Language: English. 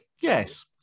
Yes